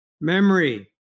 memory